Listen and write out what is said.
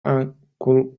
uncle